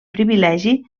privilegi